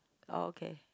okay